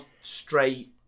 straight